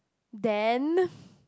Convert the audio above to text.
then